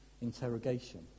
interrogation